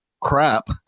crap